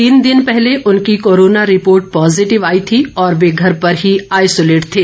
तीन दिन पहले उनकी कोरोना रिपोर्ट पॉजिटिव आई थी और वे घर पर ही आइसोलेट थे